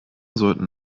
sollten